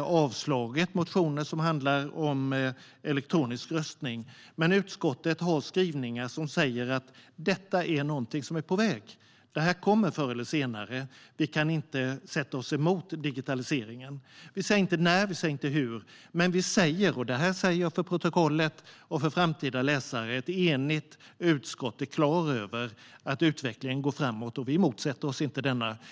har avstyrkt motioner som handlar om elektronisk röstning. Men utskottet har skrivningar som säger att detta är något som är på väg. Det kommer förr eller senare. Vi kan inte sätta oss emot digitaliseringen. Vi säger inte när eller hur, men ett enigt utskott - det vill jag få fört till protokollet för framtida läsare - är klar över att utvecklingen går framåt. Vi motsätter oss inte denna utveckling.